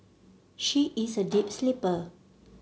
she is a deep sleeper